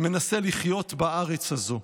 מנסה לחיות בארץ הזו.